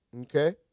Okay